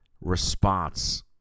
response